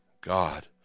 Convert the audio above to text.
God